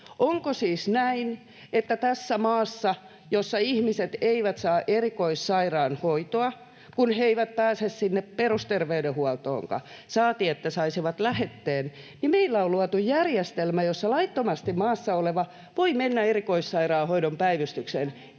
Onko siis näin, että tässä maassa, jossa ihmiset eivät saa erikoissairaanhoitoa, kun he eivät pääse sinne perusterveydenhuoltoonkaan, saati, että saisivat lähetteen, niin meillä on luotu järjestelmä, jossa laittomasti maassa oleva voi mennä erikoissairaanhoidon päivystykseen